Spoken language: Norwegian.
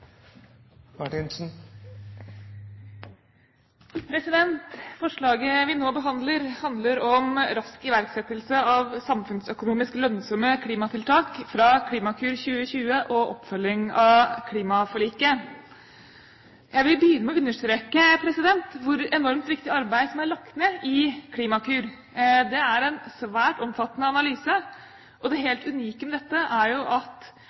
vedtatt. Forslaget vi nå behandler, handler om rask iverksettelse av samfunnsøkonomisk lønnsomme klimatiltak fra Klimakur 2020 og oppfølging av klimaforliket. Jeg vil begynne med å understreke hvor enormt viktig arbeid som er lagt ned i Klimakur. Det er en svært omfattende analyse, og det helt unike med denne er at